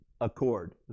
accord